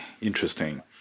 interesting